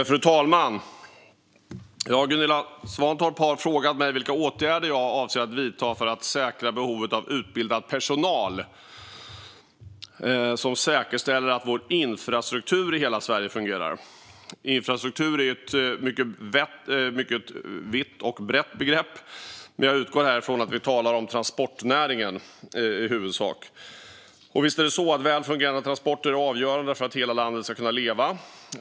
Fru talman! Gunilla Svantorp har frågat mig vilka åtgärder jag avser att vidta för att säkra behovet av utbildad personal som säkerställer att vår infrastruktur i hela Sverige fungerar. Infrastruktur är ett mycket vitt och brett begrepp, men här utgår jag från att vi i huvudsak talar om transportnäringen. Visst är det så att väl fungerande transporter är avgörande för att hela landet ska kunna leva.